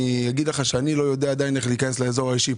אני אגיד לך שאני לא יודע עדיין איך להיכנס לאזור האישי.